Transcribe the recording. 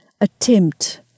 attempt